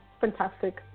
fantastic